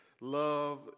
love